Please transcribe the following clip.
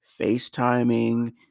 FaceTiming